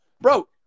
bro